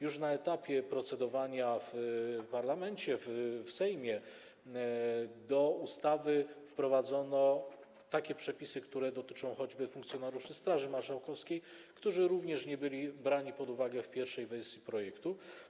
Już na etapie procedowania w parlamencie, w Sejmie, do ustawy wprowadzono przepisy dotyczące choćby funkcjonariuszy Straży Marszałkowskiej, którzy nie byli brani pod uwagę w pierwszej wersji projektu.